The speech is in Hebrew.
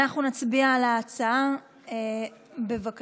ואנחנו נצביע על ההצעה, בבקשה.